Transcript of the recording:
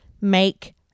make